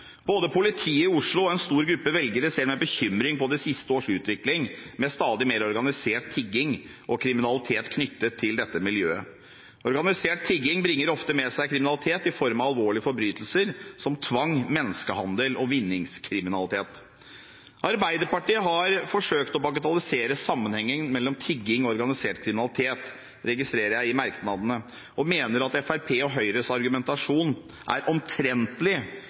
Både politiet i Oslo og en stor gruppe velgere ser med bekymring på de siste års utvikling med stadig mer organisert tigging og kriminalitet knyttet til dette miljøet. Organisert tigging bringer ofte med seg kriminalitet i form av alvorlige forbrytelser som tvang, menneskehandel og vinningskriminalitet. Arbeiderpartiet har forsøkt å bagatellisere sammenhengen mellom tigging og organisert kriminalitet – det registrerer jeg ut ifra merknadene – og mener at Fremskrittspartiets og Høyres argumentasjon er omtrentlig